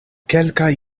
kelkaj